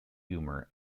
humor